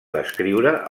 descriure